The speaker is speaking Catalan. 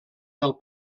del